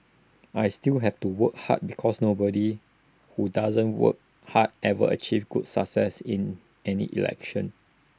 I still have to work hard because nobody who doesn't work hard ever achieves good success in any election